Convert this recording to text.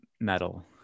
metal